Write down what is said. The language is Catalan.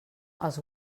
els